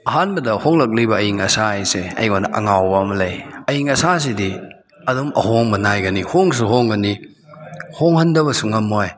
ꯑꯍꯥꯟꯕꯗ ꯍꯣꯡꯂꯛꯂꯤꯕ ꯑꯏꯪ ꯑꯁꯥ ꯍꯥꯏꯁꯦ ꯑꯩꯉꯣꯟꯗ ꯑꯉꯥꯎꯕ ꯑꯃ ꯂꯩ ꯑꯏꯪ ꯑꯁꯥꯁꯤꯗꯤ ꯑꯗꯨꯝ ꯑꯍꯣꯡꯕ ꯅꯥꯏꯒꯅꯤ ꯍꯣꯡꯁꯨ ꯍꯣꯡꯒꯅꯤ ꯍꯣꯡꯍꯟꯗꯕꯁꯨ ꯉꯝꯃꯣꯏ